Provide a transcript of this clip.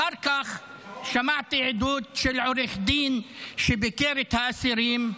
אחר-כך שמעתי עדות של עורך דין שביקר את האסירים.